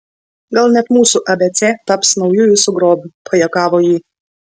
gal net mūsų abc taps nauju jūsų grobiu pajuokavo ji